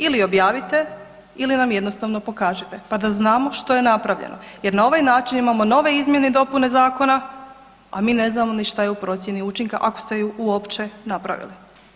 Ili objavite ili nam jednostavno pokažite pa da znamo što je napravljeno jer na ovaj način imamo nove izmjene i dopune zakona, a mi ne znamo ni šta je u procjeni učinka ako ste ju uopće napravili.